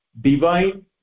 divine